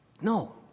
No